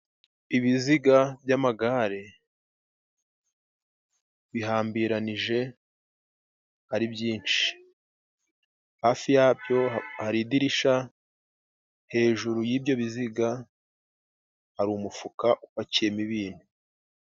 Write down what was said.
Ibiziga by'amagare bihambiranije ari byinshi. Hafi ya byo hari idirisha, hejuru y'ibyo biziga, hari umufuka upakiye mo ibintu.